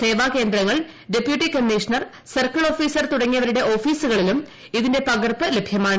സേവാകേന്ദ്രങ്ങൾ deputy commissioner circle officer തുടങ്ങിയവരുടെ ഓഫീസുകളിലും ഇതിന്റെ പകർപ്പ് ലഭ്യമാണ്